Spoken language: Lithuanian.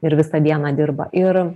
ir visą dieną dirba ir